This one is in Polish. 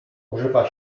używa